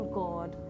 god